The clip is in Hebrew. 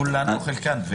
כולן או חלקן.